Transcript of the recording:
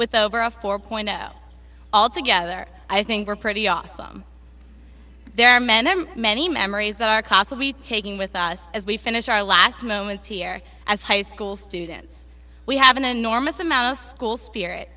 with over a four point zero all together i think were pretty awesome there are many many memories that our cars will be taking with us as we finish our last moments here as high school students we have an enormous amount of school spirit